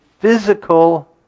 physical